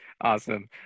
awesome